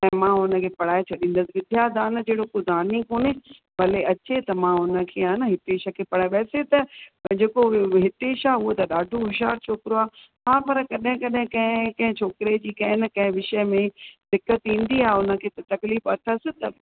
ऐं मां हुनखे पढ़ाए छॾींदसि विध्या दानु जहिड़ो कोई दान ई कोने भले अचे त हुनखे आहे न हितेश खे पढ़ाए वैसे त जेको हितेश आहे उहो त ॾाढो होशियार छोकिरो आहे हा पर कॾहिं कॾहिं कंहिं कंहिं छोकिरे जी कंहिं न कंहिं विषय में दिक़त थींदी आहे हुनखे तकलीफ़ अथसि त